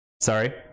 sorry